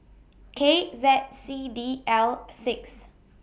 K Z C D L six